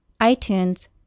iTunes